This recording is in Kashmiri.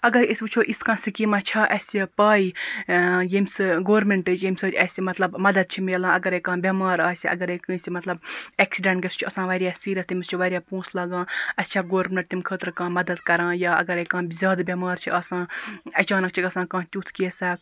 اَگَر أسۍ وٕچھو یِژھ کانٛہہ سِکیٖما چھَ اَسہِ پاے ییٚمہِ سۭتۍ گورمنٹچ ییٚمہِ سۭتۍ اَسہِ مَطلَب مَدَد چھِ ملان اَگَر کانٛہہ بیٚمار آسہِ اَگَر کٲنٛسہِ مَطلَب ایٚکسِڈنٹ گَژھِ سُہ چھُ آسان واریاہ سیٖریَس تمِس چھِ واریاہ پونٛسہٕ لَگان اَسہِ چھا گورمنٹ تمہِ خٲطرٕ کانٛہہ مَدَد کَران یا اَگَر کانٛہہ زیادٕ بیٚمار چھ آسان اَچانَک چھُ گَژھان کانٛہہ تیُتھ کینٛژھا